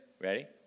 Ready